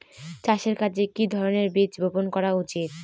চাষের কাজে কি ধরনের বীজ বপন করা উচিৎ?